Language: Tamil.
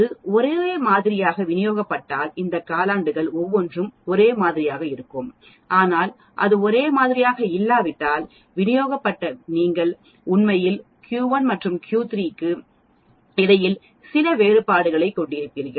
அது ஒரே மாதிரியாக விநியோகிக்கப்பட்டால் இந்த காலாண்டுகள் ஒவ்வொன்றும் ஒரே மாதிரியாக இருக்கும் ஆனால் அது ஒரே மாதிரியாக இல்லாவிட்டால் விநியோகிக்கப்பட்ட நீங்கள் உண்மையில் Q1 மற்றும் Q3 க்கு இடையில் சில வேறுபாடுகளைக் கொண்டிருப்பீர்கள்